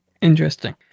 Interesting